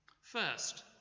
First